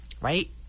right